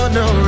no